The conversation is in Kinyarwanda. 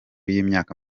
y’imyaka